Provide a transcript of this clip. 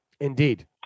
indeed